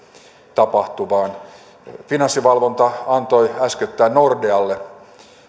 tapahtuvaan finanssivalvonta antoi äskettäin nordealle